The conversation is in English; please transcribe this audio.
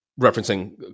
referencing